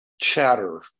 chatter